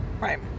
Right